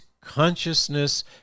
Consciousness